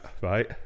right